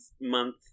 month